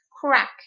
crack